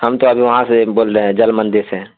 ہم تو ابھی وہاں سے بول رہے ہیں جل مندر سے